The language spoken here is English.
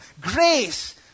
grace